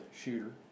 Shooter